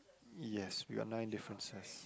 yes we got nine differences